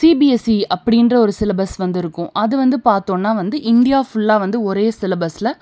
CBSE அப்படின்ற ஒரு syllabus வந்து இருக்கும் அது வந்து பார்த்தோன்னா வந்து இந்தியா ஃபுல்லாக வந்து ஒரே சிலபஸில்